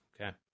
Okay